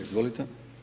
Izvolite.